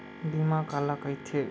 बीमा काला कइथे?